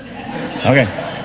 Okay